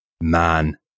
man